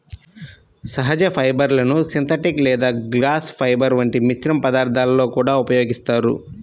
సహజ ఫైబర్లను సింథటిక్ లేదా గ్లాస్ ఫైబర్ల వంటి మిశ్రమ పదార్థాలలో కూడా ఉపయోగిస్తారు